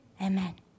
Amen